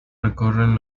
recorren